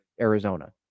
Arizona